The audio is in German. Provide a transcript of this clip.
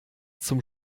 zum